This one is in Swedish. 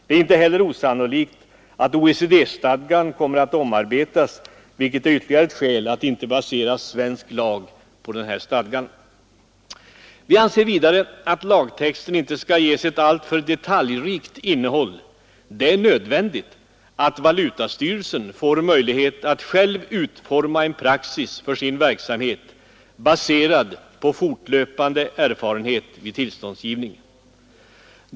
Det är inte heller osannolikt att OECD-stadgan kommer att omarbetas, vilket är ytterligare ett skäl att inte basera svensk lag på denna stadga. Vi anser vidare att lagtexten inte skall ges ett alltför detaljrikt innehåll. Det är nödvändigt att valutastyrelsen får möjlighet att själv utforma en praxis för sin verksamhet, baserad på fortlöpande erfarenhet vid tillståndsgivning.